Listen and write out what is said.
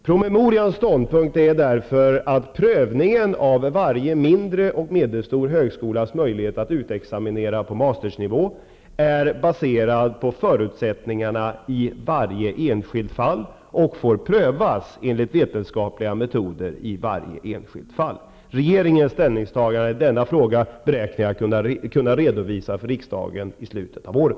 Promemorians ståndpunkt är därför att prövningen av varje mindre och medelstor högskolas möjlighet att utexaminera på mastersnivå är baserad på förutsättningarna i varje enskilt fall och får prövas enligt vetenskapliga metoder i varje enskilt fall. Regeringens ställningstagande i denna fråga beräknar jag kunna redovisa för riksdagen i slutet av året.